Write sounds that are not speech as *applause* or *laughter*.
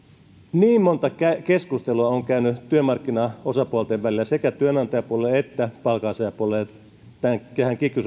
niin monta keskustelua olen käynyt työmarkkinaosapuolten välillä sekä työnantajapuolella että palkansaajapuolella tähän kiky *unintelligible*